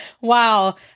Wow